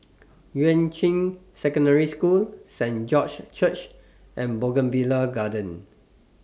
Yuan Ching Secondary School Saint George's Church and Bougainvillea Garden